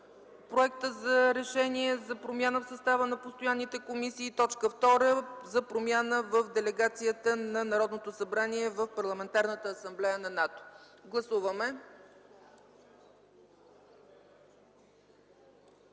Проект на Решение за промяна в състава на постоянните комисии; и точка втора – за промяна в Делегацията на Народното събрание в Парламентарната асамблея на НАТО. Моля, гласувайте.